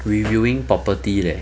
reviewing property leh